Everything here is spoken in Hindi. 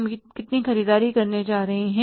हम कितनी ख़रीददारी करने जा रहे हैं